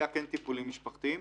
היו טיפולים משפחתיים.